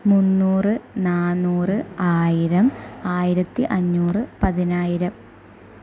മുന്നൂറ് നാനൂറ് ആയിരം ആയിരത്തിയഞ്ഞൂറ് പതിനായിരം